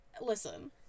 listen